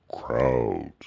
crowds